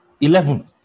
eleven